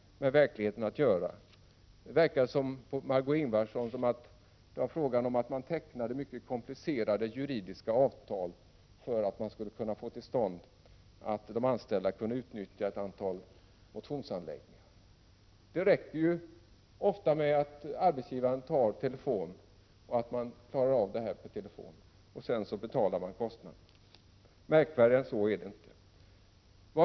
Det verkade på Margö Ingvardsson som om det var fråga om att teckna mycket komplicerade juridiska avtal för att de anställda skulle kunna utnyttja ett antal motionsanläggningar. Det räcker ofta med att arbetsgivaren klarar av det hela per telefon. Sedan betalar man kostnaderna. Märkvärdigare än så är det inte.